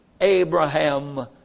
Abraham